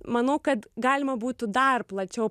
manau kad galima būtų dar plačiau